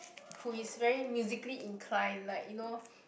who is very musically inclined like you know